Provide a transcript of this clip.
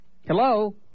Hello